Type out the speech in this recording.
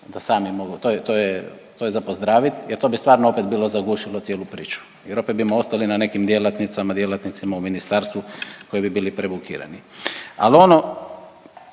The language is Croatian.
To je, to je, to je za pozdravit jer to bi stvarno opet bilo zagušilo cijelu priču, jer opet bi ostali na nekim djelatnicama, djelatnicima u ministarstvu koji bi bili prebukirani. Ali ono